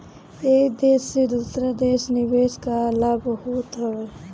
एक देस से दूसरा देस में निवेश कअ लाभ बहुते हवे